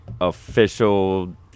official